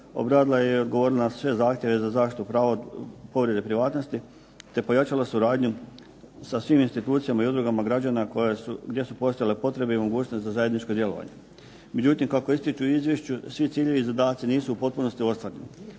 obradila je i odgovorila na sve zahtjeve za zaštitu prava od povrede privatnosti te pojačala suradnju sa svim institucijama i udrugama građana gdje su postojale potrebe i mogućnosti za zajedničko djelovanje. Međutim, kako ističu u izvješću svi ciljevi i zadaci nisu u potpunosti ostvareni.